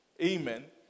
amen